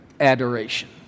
adoration